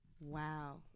Wow